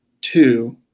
two